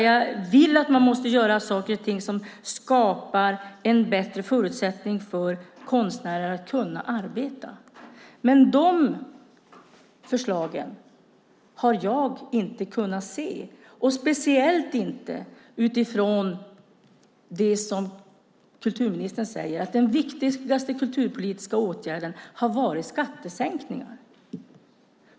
Jag vill att man gör saker och ting som skapar bättre förutsättningar för konstnärer att arbeta. De förslagen har jag inte kunnat se, speciellt inte i det som kulturministern säger, nämligen att skattesänkningar har varit den viktigaste kulturpolitiska åtgärden.